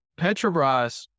Petrobras